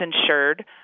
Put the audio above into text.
insured